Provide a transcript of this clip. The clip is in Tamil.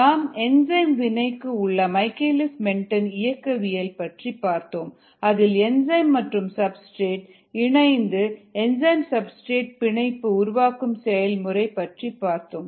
நாம் என்சைம் வினைக்கு உள்ள மைக்கேல்லிஸ் மென்டெண் இயக்கவியல் பற்றி பார்த்தோம் அதில் என்சைம் மற்றும் சப்ஸ்டிரேட் இணைந்து என்சைம் சப்ஸ்டிரேட் பிணைப்பு உருவாக்கும் செயல்முறை பற்றி பார்த்தோம்